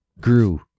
grew